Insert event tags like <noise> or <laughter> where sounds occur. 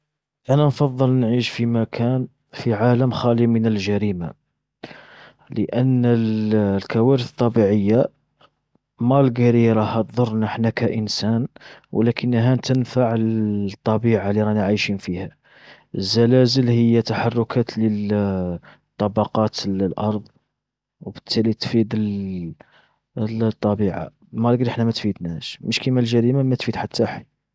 ٍٍٍٍ انا نفضل نعيش في مكان، في عالم خالي من الجريمة. لان <hesitation> الكوارث الطبيعية، مالقري راها تضرنا حنا كانسان، ولكنها تنفع <hesitation> الطبيعة اللي رانا عايشين فيها. الزلازل هي تحركات <hesitation> للطبقات الأرض وبالتالي تفيد <hesitation> الطبيعة، ما لقري حنا ماتفيدناش، مش كيما الجريمة ماتفيد حتى حي.